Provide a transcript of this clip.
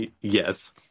Yes